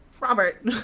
Robert